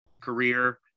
career